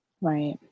Right